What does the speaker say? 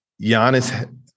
Giannis